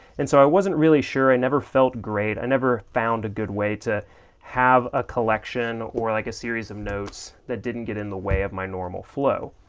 and so i wasn't really sure, i never felt great, i never found a good way to have a collection or like a series of notes that didn't get in the way of my normal flow.